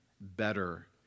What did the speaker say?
better